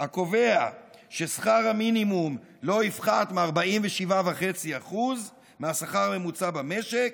הקובע ששכר המינימום לא יפחת מ-47.5% מהשכר הממוצע במשק,